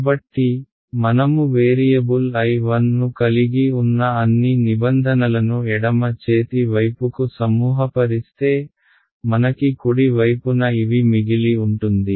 కాబట్టి మనము variable I 1 ను కలిగి ఉన్న అన్ని నిబంధనలను ఎడమ చేతి వైపుకు సమూహపరిస్తే మనకి కుడి వైపున ఇవి మిగిలి ఉంటుంది